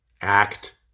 act